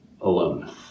alone